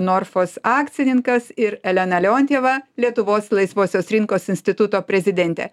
norfos akcininkas ir elena leontjeva lietuvos laisvosios rinkos instituto prezidentė